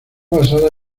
basada